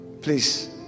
Please